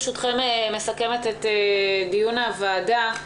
ברשותכם, אני מסכמת את דיון הוועדה.